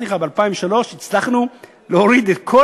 אמרתי לך,